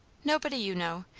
nobody you know.